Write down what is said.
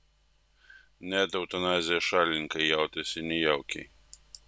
net eutanazijos šalininkai jautėsi nejaukiai